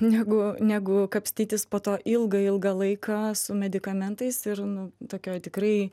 negu negu kapstytis po to ilgą ilgą laiką su medikamentais ir nu tokioj tikrai